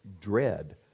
dread